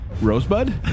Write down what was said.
Rosebud